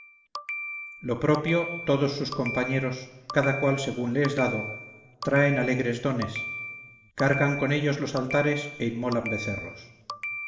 lo propio todos sus compañeros cada cual según le es dado traen alegres dones cargan con ellos los altares e inmolan becerros